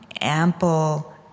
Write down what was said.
ample